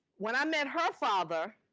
when i met her father,